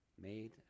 Made